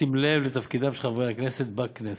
בשים לב לתפקידם של חברי הכנסת בכנסת.